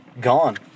gone